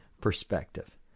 perspective